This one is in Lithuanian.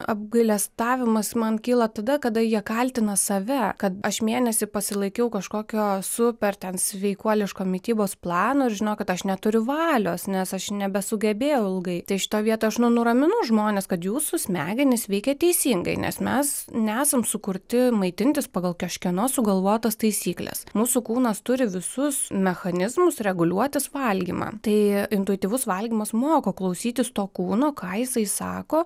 apgailestavimas man kyla tada kada jie kaltina save kad aš mėnesį pasilaikiau kažkokio super ten sveikuoliško mitybos plano ir žinojau kad aš neturiu valios nes aš nebesugebėjau ilgai tai šitoj vietoj aš nu nuraminu žmones kad jūsų smegenys veikia teisingai nes mes nesam sukurti maitintis pagal kažkieno sugalvotas taisykles mūsų kūnas turi visus mechanizmus reguliuotis valgymą tai intuityvus valgymas moko klausytis to kūno ką jisai sako